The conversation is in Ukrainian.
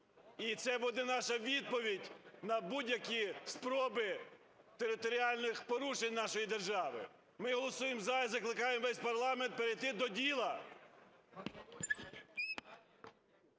і це буде наша відповідь на будь-які спроби територіальних порушень нашої держави. Ми голосуємо "за" і закликає весь парламент перейти до діла.